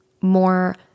more